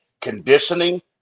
conditioning